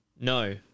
No